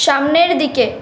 সামনের দিকে